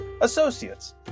Associates